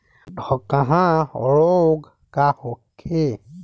डकहा रोग का होखे?